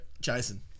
Jason